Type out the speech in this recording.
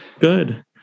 good